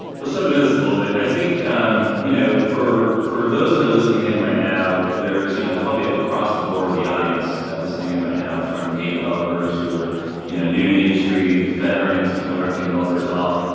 let's jump into this a little bit. i think um you know for for those that are listening in right now there's you know probably ah across the board the audience listening in right now from game developers who are you know new to the industry, veterans, people that aren't game developers at all.